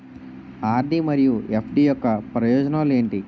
RD మరియు FD యొక్క ప్రయోజనాలు ఏంటి?